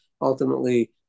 ultimately